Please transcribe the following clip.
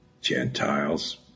Gentiles